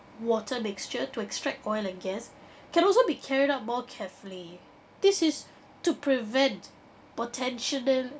water mixture to extract oil and gas can also be carried out more carefully this is to prevent potential-nal